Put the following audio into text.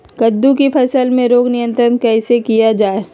कददु की फसल में रोग नियंत्रण कैसे किया जाए?